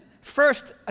first